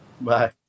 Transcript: Bye